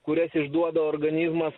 kurias išduoda organizmas